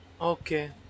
Okay